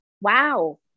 Wow